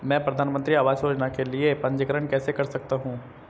मैं प्रधानमंत्री आवास योजना के लिए पंजीकरण कैसे कर सकता हूं?